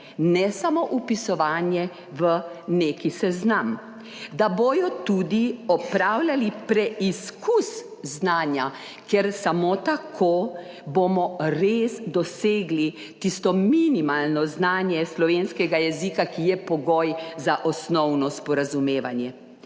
ne samo vpisovanje v nek seznam, da bodo tudi opravljali preizkus znanja, ker samo tako bomo res dosegli tisto minimalno znanje slovenskega jezika, ki je pogoj za osnovno sporazumevanje.